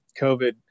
COVID